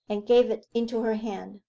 and gave it into her hand.